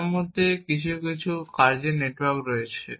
যার মধ্যে কিছু কিছু কাজের নেটওয়ার্ক রয়েছে